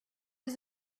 was